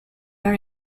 are